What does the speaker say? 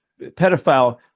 pedophile